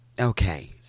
okay